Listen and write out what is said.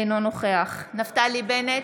אינו נוכח נפתלי בנט,